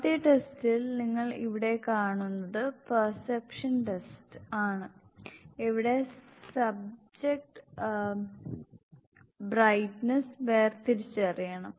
ആദ്യ ടെസ്റ്റിൽ നിങ്ങൾ ഇവിടെ കാണുന്നത് പെർസെപ്ഷൻ ടെസ്റ്റ് ആണ് ഇവിടെ സബ്ജക്റ്റ് ബ്രൈറ്റ്നസ് വേർതിരിച്ചറിയണം